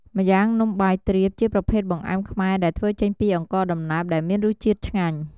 ម្យ៉ាងនំបាយទ្រាបជាប្រភេទបង្អែមខ្មែរដែលធ្វើចេញពីអង្ករដំណើបដែលមានរសជាតិឆ្ងាញ់។